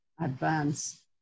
advance